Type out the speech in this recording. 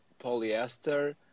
polyester